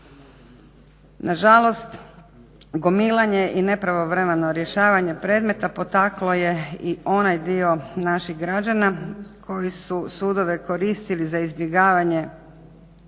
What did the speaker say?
Na žalost, gomilanje i nepravovremeno rješavanje predmeta potaklo je i onaj dio naših građana koji su sudove koristili za izbjegavanje